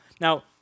Now